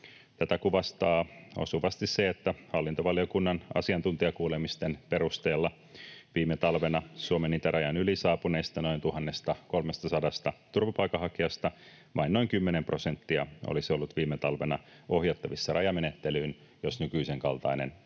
Tätä kuvastaa osuvasti se, että hallintovaliokunnan asiantuntijakuulemisten perusteella viime talvena Suomen itärajan yli saapuneista noin 1 300 turvapaikanhakijasta vain noin 10 prosenttia olisi ollut viime talvena ohjattavissa rajamenettelyyn, jos nykyisenkaltainen